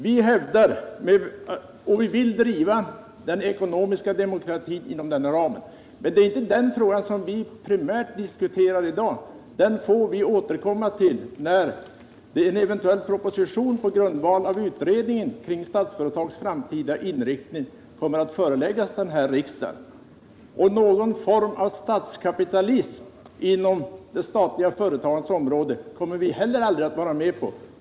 Vi vill driva frågorna om den ekonomiska demokratin inom näringslivet — Statsföretags roll är därvid viktig — men det är inte den frågan vi primärt diskuterar i dag; den får vi återkomma till när en eventuell proposition på grundval av utredningen kring Statsföretags framtida inriktning kommer att föreläggas riksdagen. — Någon form av statskapitalism inom de statliga företagens område kommer vi heller aldrig att vara med på.